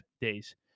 days